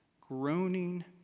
groaning